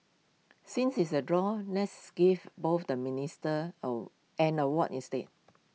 since it's A draw let's give both the ministers or an award instead